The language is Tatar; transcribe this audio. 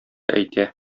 әйтә